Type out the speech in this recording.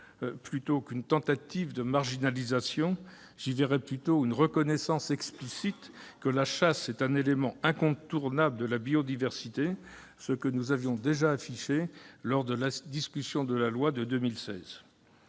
plutôt qu'une tentative de marginalisation, la reconnaissance explicite que la chasse est un élément incontournable de la biodiversité, ce que nous avions déjà affirmé lors de la discussion de la loi de 2016.